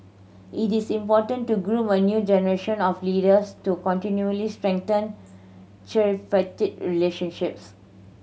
it is important to groom a new generation of leaders to continually strengthen tripartite relationships